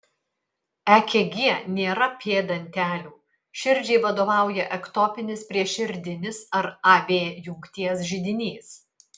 ekg nėra p dantelių širdžiai vadovauja ektopinis prieširdinis ar av jungties židinys